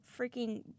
freaking